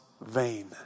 vain